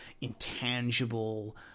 intangible